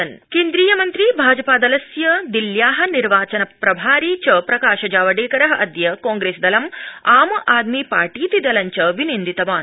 भाजपा केन्द्रीयमन्त्री भाजपादलस्य दिल्या निर्वाचन प्रभारी च प्रकाश जावडेकर अद्य कांप्रेसदलं आम आदमी पार्टीतिदलञ्च विनिन्दितवान्